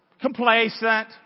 Complacent